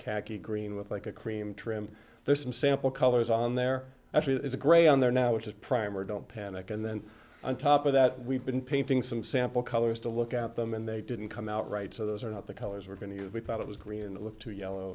khaki green with like a cream trim there's some sample colors on there actually there's a gray on there now which is primer don't panic and then on top of that we've been painting some sample colors to look at them and they didn't come out right so those are not the colors we're going to use we thought it was green and it looked to yellow